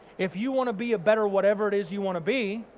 if you want to be a better whatever it is you want to be,